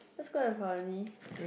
that's quite funny